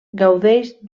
gaudeix